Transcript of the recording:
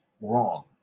wrong